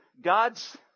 God's